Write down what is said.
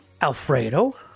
Alfredo